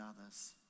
others